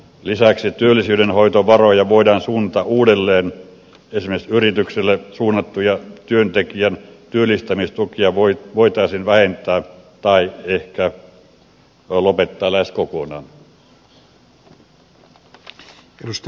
lisäksi työllisyydenhoitovaroja voidaan suunnata uudelleen esimerkiksi yrityksille suunnattuja työntekijän työllistämistukia voitaisiin vähentää tai ehkä lopettaa lähes kokonaan